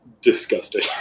Disgusting